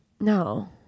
No